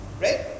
right